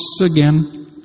again